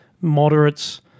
moderates